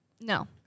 No